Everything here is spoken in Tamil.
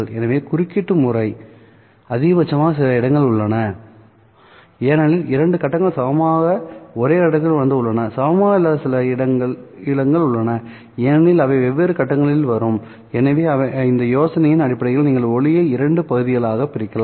எனவே குறுக்கீடு முறை அதிகபட்சமாக சில இடங்கள் உள்ளன ஏனெனில் இரண்டு கட்டங்கள் சமமாக ஒரே கட்டத்தில் வந்து உள்ளனசமமாக இல்லாத சில இடங்கள் உள்ளன ஏனெனில் அவை வெவ்வேறு கட்டங்களில் வரும் எனவே இந்த யோசனையின் அடிப்படையில் நீங்கள் ஒளியை இரண்டு பகுதிகளாகப் பிரிக்கலாம்